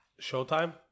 Showtime